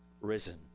Risen